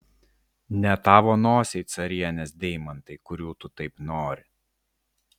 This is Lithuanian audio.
ne tavo nosiai carienės deimantai kurių tu taip nori